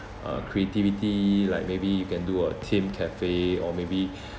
uh creativity like maybe you can do a themed cafe or maybe